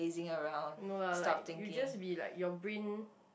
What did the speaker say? no lah like you just be like your brain